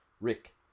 Rick